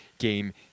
game